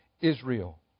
Israel